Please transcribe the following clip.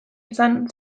izan